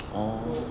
orh